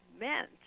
meant